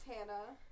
Hannah